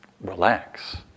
relax